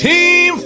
Team